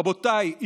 רבותיי,